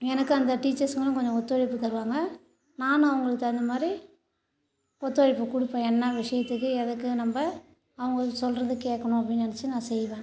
எனக்கு அந்த டீச்சர்ஸுங்களும் கொஞ்சம் ஒத்துழைப்பு தருவாங்க நானும் அவங்களுக்கு தகுந்த மாதிரி ஒத்துழைப்பு கொடுப்பேன் என்ன விஷயத்துக்கு எதுக்கு நம்ப அவங்கள் சொல்றதை கேட்கணும் அப்படினு நினச்சி நான் செய்வேன்